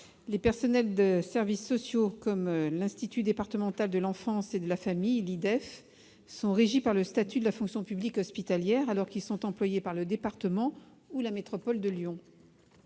les personnels de certains services sociaux, comme l'Institut départemental de l'enfance et de la famille, sont régis par le statut de la fonction publique hospitalière, alors qu'ils sont employés par le département ou la métropole de Lyon.